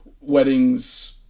weddings